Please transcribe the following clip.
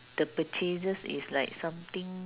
the purchases is like something